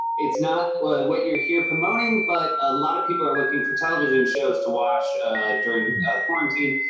it's not what you're here promoting but a lot of people are looking for television shows to watch during quarantine.